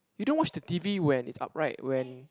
you don't watch the T_V when it's upright when